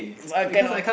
but cannot